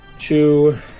two